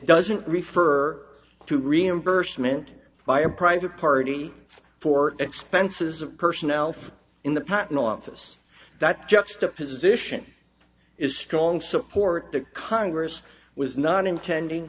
doesn't refer to reimbursement by a private party for expenses of personnel for in the patent office that juxtaposition is strong support the congress was not intending